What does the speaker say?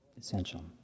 essential